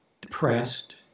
depressed